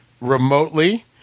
remotely